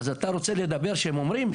אז אתה רוצה לדבר שהם אומרים?